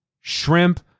shrimp